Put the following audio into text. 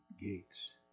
gates